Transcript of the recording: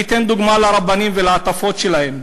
אני אתן דוגמה לרבנים ולהטפות שלהם.